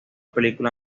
película